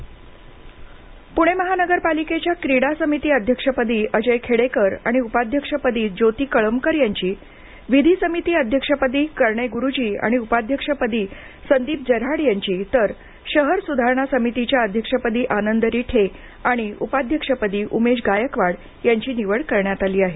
मनपा पुणे महानगरपालिकेच्या क्रीडा समिती अध्यक्षपदी अजय खेडेकर आणि उपाध्यक्षपदी ज्योती कळमकर यांची विधी समिती अध्यक्षपदी कर्णे गुरुजी आणि उपाध्यक्षपदी संदीप जऱ्हाड यांची तर शहर सुधारणा समितीच्या अध्यक्षपदी आनंद रीठे आणि उपाध्यक्षपदी उमेश गायकवाड यांची निवड करण्यात आली आहे